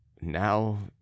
Now